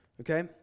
Okay